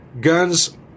guns